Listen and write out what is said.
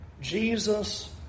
Jesus